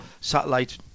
satellite